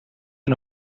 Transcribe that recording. een